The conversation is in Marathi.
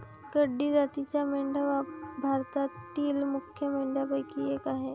गड्डी जातीच्या मेंढ्या भारतातील मुख्य मेंढ्यांपैकी एक आह